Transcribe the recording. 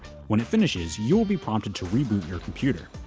when it finishes, you will be prompted to reboot your computer.